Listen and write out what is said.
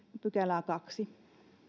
pykälää kaksi